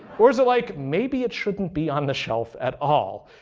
or is it like, maybe it shouldn't be on the shelf at all?